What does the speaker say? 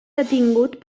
detingut